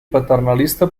paternalista